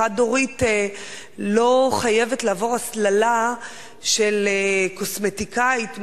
חד-הורית לא חייבת לעבור הסללה של קוסמטיקאית,